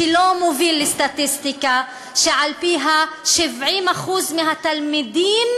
שלא מוביל לסטטיסטיקה שעל-פיה 70% מהתלמידים